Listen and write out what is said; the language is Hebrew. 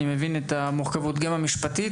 אני מבין את המורכבות גם המשפטית.